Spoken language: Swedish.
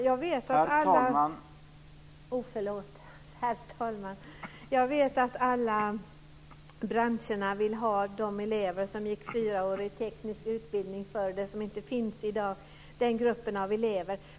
Herr talman! Jag vet att alla branscher vill ha de elever som förr gick fyraårig teknisk utbildning, som inte finns i dag. De vill ha den gruppen av elever.